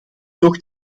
toch